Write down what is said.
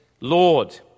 Lord